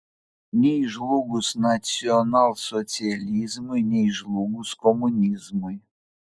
nei žlugus nacionalsocializmui nei žlugus komunizmui